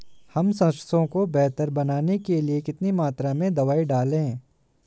हम सरसों को बेहतर बनाने के लिए कितनी मात्रा में दवाई डालें?